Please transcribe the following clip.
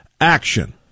action